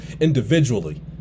individually